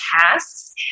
tasks